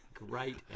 Great